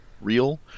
real